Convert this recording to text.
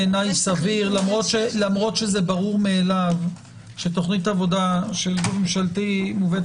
סביר למרות שזה ברור מאליו שתוכנית עבודה מובאת